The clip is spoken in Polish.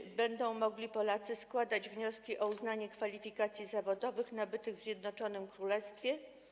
Polacy będą mogli składać wnioski o uznanie kwalifikacji zawodowych nabytych w Zjednoczonym Królestwie.